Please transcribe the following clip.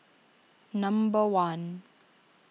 number one